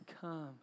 come